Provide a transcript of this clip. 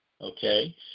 Okay